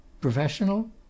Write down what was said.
Professional